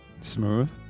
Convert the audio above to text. Smooth